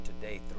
today